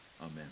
Amen